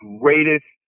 greatest